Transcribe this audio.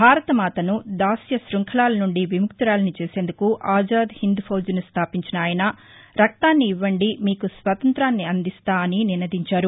భారతమాతను దాస్య స్టంఖలాల నుండి విముక్తురాలిని చేసేందుకు ఆజాద్ హింద్ ఫాజ్ను స్టాపించిన ఆయన రక్తాన్ని ఇవ్వండి మీకు స్వాతంత్యాన్ని అందిస్తా అని నినదించారు